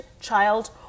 child